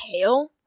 tail